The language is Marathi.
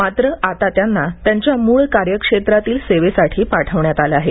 मात्र आता त्यांना त्यांच्या म्रळ कार्यक्षेत्रातील सेवेसाठी पाठवण्यात आले आहे